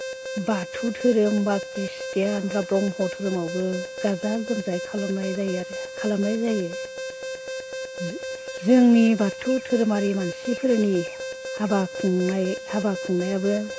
बाथौ धोरोम बा ख्रिस्टियान बा ब्रह्म धोरोमावबो गाजा गोमजायै खालामनाय जायो आरो खालामनाय जायो जोंनि बाथौ धोरोमारि मानसिफोरनि हाबा खुंनायाबो